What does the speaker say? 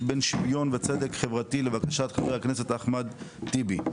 בין שוויון וצדק חברתי לבקשת חבר הכנסת אחמד טיבי.